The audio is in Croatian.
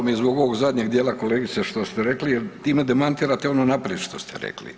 Evo mi zbog ovog zadnjeg dijela kolegice što ste rekli jer time demantirate ono naprijed što ste rekli.